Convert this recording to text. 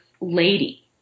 lady